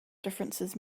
differences